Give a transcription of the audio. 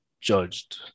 judged